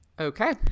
Okay